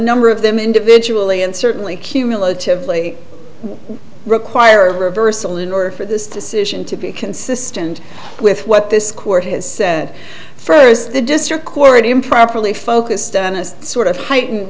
number of them individually and certainly cumulatively require reversal in order for this decision to be consistent with what this court has said from the district court improperly focused on a sort of heightened